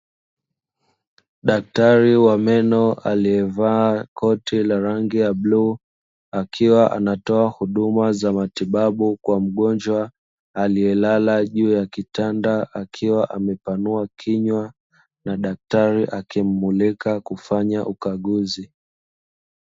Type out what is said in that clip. Daktari wa meno aliyevaa koti la rangi ya bluu akiwa anatoa huduma za matibabu kwa mgonjwa aliyelala juu ya kitanda, akiwa amepanua kinywa na daktari akimmulika kufanya ukaguzi.